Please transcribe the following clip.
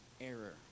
error